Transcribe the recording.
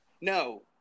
No